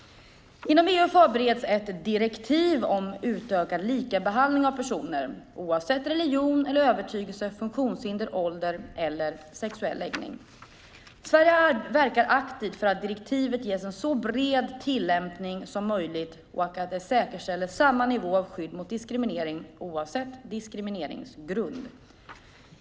Inom EU förbereds ett direktiv om utökad likabehandling av personer oavsett religion eller övertygelse, funktionshinder, ålder eller sexuell läggning. Sverige verkar aktivt för att direktivet ges en så bred tillämpning som möjligt och att det säkerställer samma nivå av skydd mot diskriminering oavsett diskrimineringsgrund.